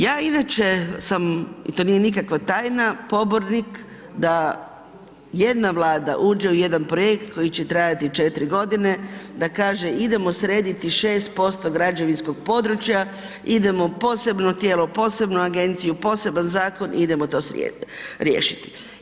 Ja inače sam i to nije nikakva tajna, pobornik da jedna Vlada uđe u jedan projekt koji će trajati 4 g., da kaže idemo srediti 6% građevinskog područja, idemo posebno tijelo, posebno agenciju, poseban zakon i idemo to riješiti.